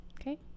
Okay